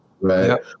Right